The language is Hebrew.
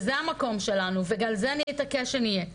וזה המקום שלנו ועל זה אני אתעקש שיהיה.